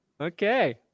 Okay